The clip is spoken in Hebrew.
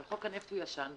אבל חוק הנפט הוא ישן,